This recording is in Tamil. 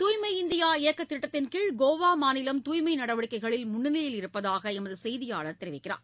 துய்மை இந்தியா இயக்க திட்டத்தின் கீழ கோவா மாநிலம் தூய்மை நடவடிக்கைகளில் முன்னணியில் இருப்பதாக எமது செய்தியாளர் தெரிவிக்கிறார்